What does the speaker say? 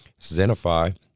Zenify